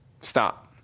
stop